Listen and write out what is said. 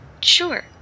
Sure